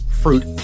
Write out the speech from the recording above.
fruit